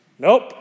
Nope